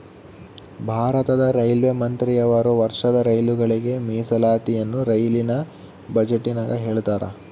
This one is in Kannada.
ಭಾರತದ ರೈಲ್ವೆ ಮಂತ್ರಿಯವರು ವರ್ಷದ ರೈಲುಗಳಿಗೆ ಮೀಸಲಾತಿಯನ್ನ ರೈಲಿನ ಬಜೆಟಿನಗ ಹೇಳ್ತಾರಾ